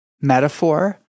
metaphor